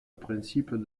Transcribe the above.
principe